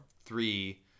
three